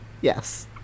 Yes